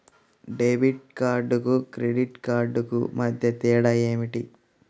Debit కార్డుకు credit కార్డుకు మధ్య తేడా ఏమిటీ?